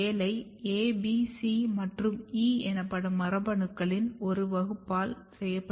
இந்த வேலை A B C மற்றும் E எனப்படும் மரபணுக்களின் ஒரு வகுப்பால் செய்யப்படுகிறது